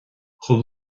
chomh